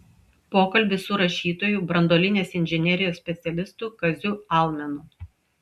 pokalbis su rašytoju branduolinės inžinerijos specialistu kaziu almenu